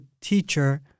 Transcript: teacher